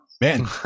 Man